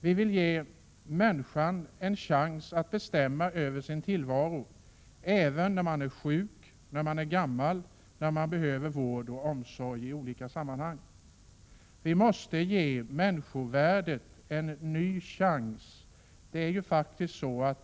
Vi vill ge människan en chans att bestämma över sin tillvaro även när hon är sjuk och gammal och när hon behöver vård och omsorg i olika sammanhang. Vi måste ge människovärdet en ny chans.